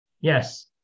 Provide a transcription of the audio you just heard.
Yes